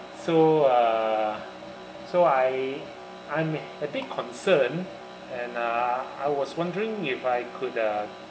so uh so I I'm a bit concerned and uh I was wondering if I could uh